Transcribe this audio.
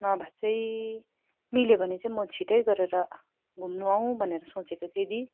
नभए चाहिँ मिल्यो भने चाहिँ म छिट्टै गरेर घुम्नु आउँ भनेर सोचेको थिएँ दी